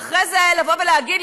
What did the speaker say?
ואחרי זה להגיד לי,